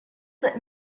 that